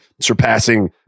surpassing